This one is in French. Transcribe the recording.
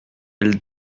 elle